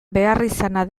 beharrizana